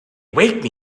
wake